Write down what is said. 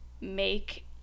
make